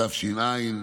התש"ע,